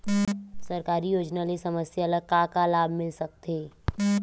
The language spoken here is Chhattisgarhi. सरकारी योजना ले समस्या ल का का लाभ मिल सकते?